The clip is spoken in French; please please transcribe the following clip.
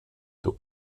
tôt